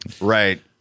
Right